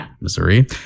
Missouri